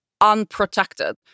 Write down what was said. unprotected